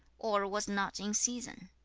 or was not in season.